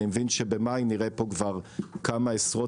ואני מאמין שבמאי אנחנו נראה פה כבר כמה עשרות